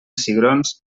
cigrons